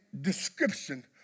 description